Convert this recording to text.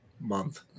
month